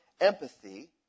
empathy